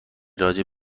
راجع